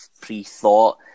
pre-thought